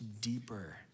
deeper